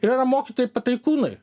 ir yra mokytojai pataikūnai